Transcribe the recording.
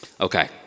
Okay